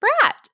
brat